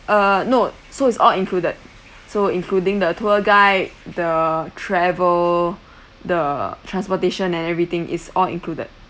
uh no so it's all included so including the tour guide the travel the transportation and everything is all included